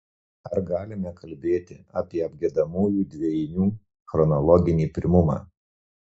ar galima kalbėti apie apgiedamųjų dvejinių chronologinį pirmumą